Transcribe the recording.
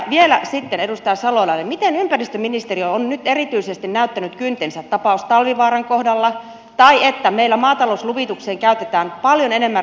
vielä sitten edustaja salolainen miten ympäristöministeriö on nyt erityisesti näyttänyt kyntensä tapaus talvivaaran kohdalla tai siinä että meillä maatalousluvitukseen käytetään paljon enemmän resursseja